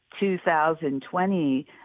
2020